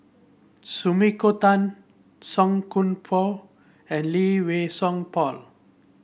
Sumiko Tan Song Koon Poh and Lee Wei Song Paul